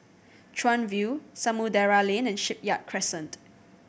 Chuan View Samudera Lane and Shipyard Crescent